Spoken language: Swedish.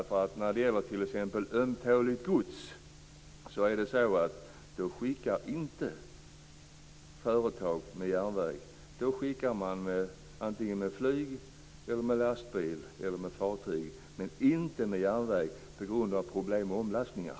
Företag skickar t.ex. inte ömtåligt gods med järnväg. Det skickar man med flyg, lastbil eller fartyg. Man skickar det inte med järnväg på grund av problem med omlastningar.